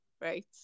right